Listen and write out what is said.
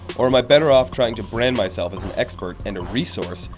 or am i better off trying to brand myself as an expert and a resource,